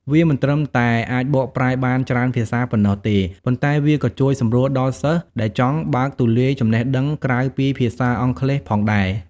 វាមិនត្រឹមតែអាចបកប្រែបានច្រើនភាសាប៉ុណ្ណោះទេ ប៉ុន្តែវាក៏ជួយសម្រួលដល់សិស្សដែលចង់បើកទូលាយចំណេះដឹងក្រៅពីភាសាអង់គ្លេសផងដែរ។